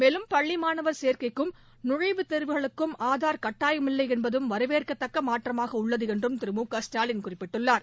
மேலும் பள்ளி மாணவர் சேர்க்கைக்கும் நுழைவுத் தேர்வுகளுக்கும் ஆதார் கட்டாயமில்லை என்பதும் வரவேற்கத்தக்க மாற்றமாக உள்ளது என்றும் திரு மு க ஸ்டாலின் குறிப்பிட்டுள்ளார்